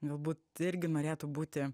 galbūt irgi norėtų būti